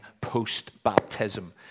post-baptism